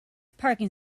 parking